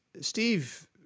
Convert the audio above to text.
steve